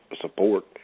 support